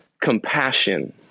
compassion